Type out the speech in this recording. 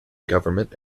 government